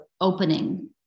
opening